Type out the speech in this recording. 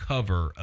Cover